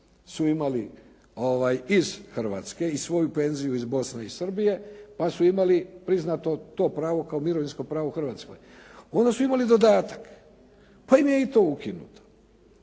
su imali iz Hrvatske i svoju penziju iz Bosne i Srbije, pa su imali priznato to pravo kao mirovinsko pravo u Hrvatskoj, onda su imali dodatak, pa im je i to ukinuto.